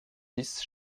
dix